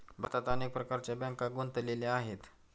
भारतात अनेक प्रकारच्या बँका गुंतलेल्या आहेत